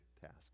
tasks